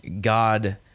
God